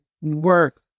work